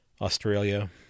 Australia